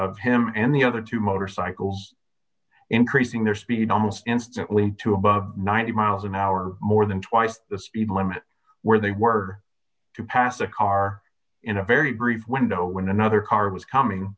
of him and the other two motorcycles increasing their speed almost instantly to about ninety miles an hour more than twice the speed limit where they were to pass a car in a very brief window when another car was coming